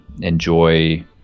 enjoy